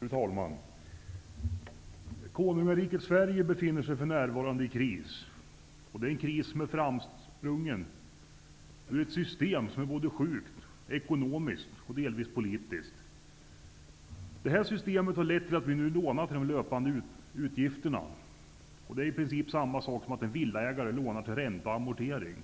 Fru talman! Konungariket Sverige befinner sig för närvarande i kris. Krisen är framsprungen ur ett sjukt ekonomiskt system och ett delvis sjukt politiskt system. Systemen har lett till att vi nu lånar till de löpande utgifterna. Det innebär i princip samma sak som att en villaägare lånar till ränta och amortering.